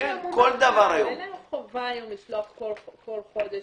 אין עליהם חובה לשלוח כל חודש.